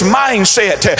mindset